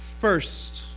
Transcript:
first